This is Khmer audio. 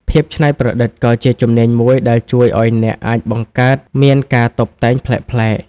ភាពច្នៃប្រឌិត ក៏ជាជំនាញមួយដែលជួយឱ្យអ្នកអាចបង្កើតមានការតុបតែងប្លែកៗ។